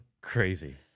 crazy